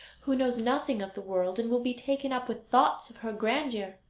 who knows nothing of the world, and will be taken up with thoughts of her grandeur.